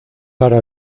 para